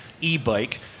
e-bike